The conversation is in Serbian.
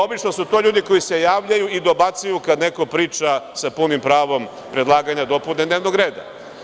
Obično su to ljudi koji se javljaju ili dobacuju kada neko priča sa punim pravom predlaganja dopune dnevnog reda.